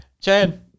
Chad